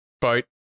boat